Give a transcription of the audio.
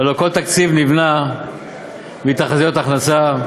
הלוא כל תקציב נבנה מתחזיות הכנסה,